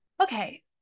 Okay